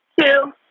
two